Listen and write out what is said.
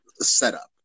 setup